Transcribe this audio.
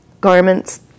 garments